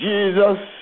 Jesus